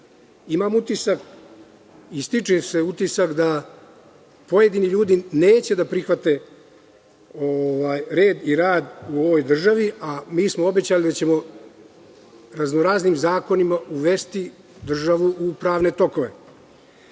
ovoj državi. Stiče se utisak da pojedini ljudi neće da prihvate red i rad u ovoj državi, a mi smo obećali da ćemo raznoraznim zakonima uvesti državu u pravne tokove.U